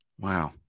Wow